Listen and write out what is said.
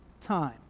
time